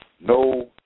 no